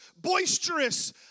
boisterous